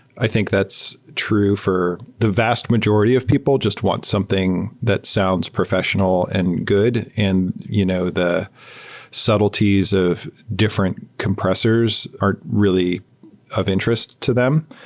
i think that's true for the vast majority of people just want something that sounds professional and good and you know the subtleties of different compressors are really of interest to them.